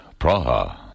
Praha